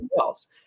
else